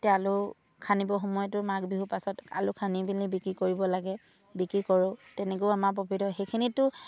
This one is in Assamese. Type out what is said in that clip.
এতিয়া আলু খান্দিবৰ সময়তো মাঘ বিহু পাছত আলু খান্দি মেলি বিক্ৰী কৰিব লাগে বিক্ৰী কৰোঁ তেনেকৈও আমাৰ প্ৰফিট সেইখিনিতিতো